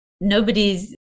nobody's